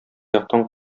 яктан